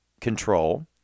control